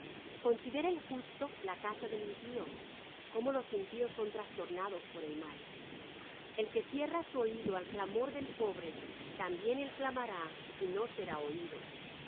considera el justo la casa del impío cómo los impíos son trastornados por el mal el que cierra su oído al clamor del pobre también él clamará y no será oído